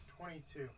Twenty-two